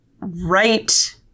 right